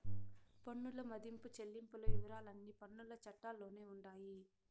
పన్నుల మదింపు చెల్లింపుల వివరాలన్నీ పన్నుల చట్టాల్లోనే ఉండాయి